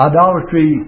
Idolatry